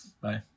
bye